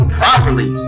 properly